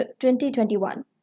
2021